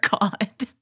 god